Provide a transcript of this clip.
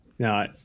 No